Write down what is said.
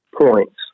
points